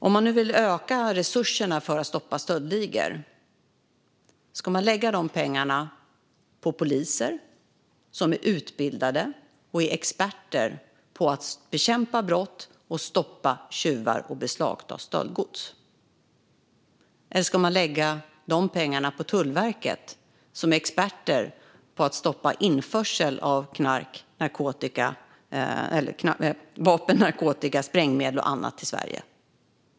Om man nu vill öka resurserna för att stoppa stöldligor, ska man då lägga de pengarna på poliser, som är utbildade och som är experter på att bekämpa brott, stoppa tjuvar och beslagta stöldgods, eller ska man lägga de pengarna på Tullverket, som är experter på att stoppa införsel av vapen, narkotika, sprängmedel och annat till Sverige?